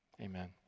Amen